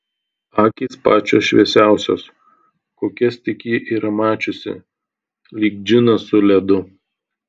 akys pačios šviesiausios kokias tik ji yra mačiusi lyg džinas su ledu